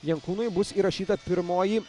jankūnui bus įrašyta pirmoji